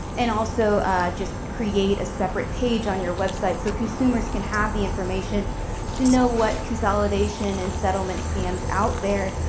and also just create a separate page on your website so consumers can have the information to know what consolidation and settlement scams are out there,